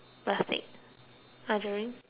plastic archery